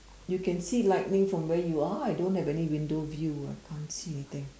you can see lighting from where you are I don't have any window view I can't see anything